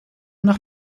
noch